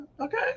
okay